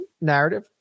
narrative